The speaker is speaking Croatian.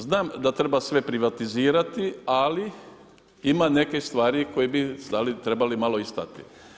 Znam da treba sve privatizirati ali ima neke stvari koje bi trebali malo i stati.